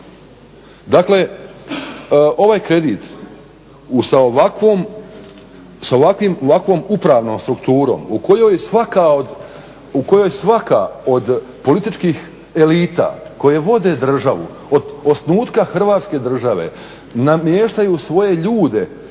Dakle, ovaj kredit sa ovakvom upravnom strukturom u kojoj svaka od političkih elita koje vode državu od osnutka Hrvatske države namještaju svoje ljude